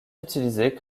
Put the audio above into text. utilisés